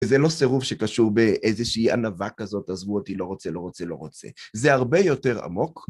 זה לא סירוב שקשור באיזשהי ענווה כזאת, עזבו אותי, לא רוצה, לא רוצה, לא רוצה. זה הרבה יותר עמוק.